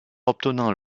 obtenant